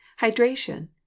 hydration